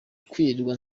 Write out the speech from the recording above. kwirirwa